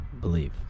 believe